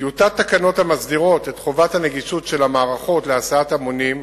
טיוטת תקנות המסדירות את חובת הנגישות של המערכות להסעת המונים,